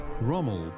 Rommel